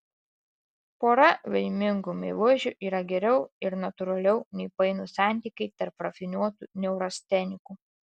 pora laimingų meilužių yra geriau ir natūraliau nei painūs santykiai tarp rafinuotų neurastenikų